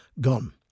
Gone